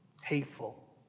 hateful